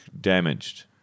damaged